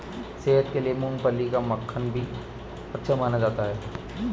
सेहत के लिए मूँगफली का मक्खन भी काफी अच्छा माना जाता है